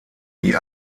die